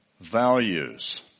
values